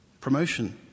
Promotion